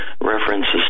references